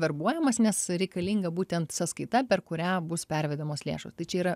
verbuojamas nes reikalinga būtent sąskaita per kurią bus pervedamos lėšos tai čia yra